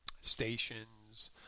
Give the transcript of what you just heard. stations